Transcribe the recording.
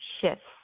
shifts